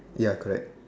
ya correct